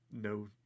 no